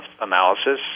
analysis